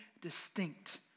distinct